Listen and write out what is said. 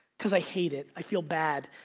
because i hate it, i feel bad.